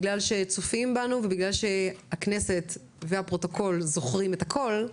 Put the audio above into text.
בגלל שצופים בנו ובגלל שהכנסת והפרוטוקול זוכרים את הכל,